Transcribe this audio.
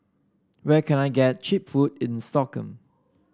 where can I get cheap food in Stockholm